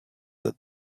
that